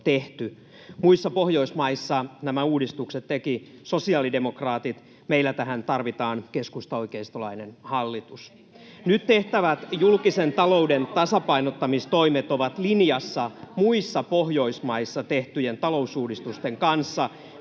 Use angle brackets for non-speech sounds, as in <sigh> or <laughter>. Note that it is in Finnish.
Muissa Pohjoismaissa nämä uudistukset tekivät sosiaalidemokraatit, meillä tähän tarvitaan keskustaoikeistolainen hallitus. <noise> Nyt tehtävät julkisen talouden tasapainottamistoimet ovat linjassa muissa Pohjoismaissa tehtyjen talousuudistusten kanssa.